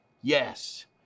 yes